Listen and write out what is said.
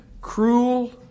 cruel